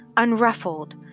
unruffled